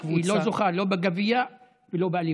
היא לא זוכה, לא בגביע ולא באליפות.